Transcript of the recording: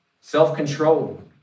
Self-control